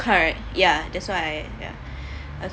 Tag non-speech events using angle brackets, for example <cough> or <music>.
correct ya that's why I ya <breath>